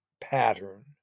pattern